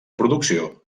producció